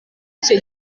icyo